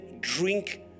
drink